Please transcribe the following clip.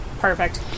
Perfect